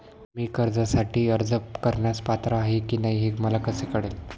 मी कर्जासाठी अर्ज करण्यास पात्र आहे की नाही हे मला कसे कळेल?